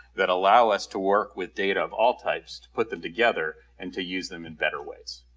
that allow us to work with data of all types, put them together and to use them in better ways.